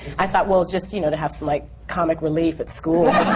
i thought, well, it's just, you know, to have some, like, comic relief at school.